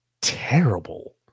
terrible